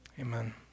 Amen